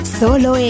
solo